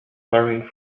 hurrying